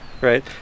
right